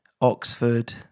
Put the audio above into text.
Oxford